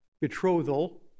Betrothal